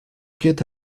get